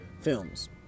films